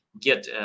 get